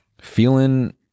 feeling